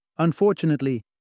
Unfortunately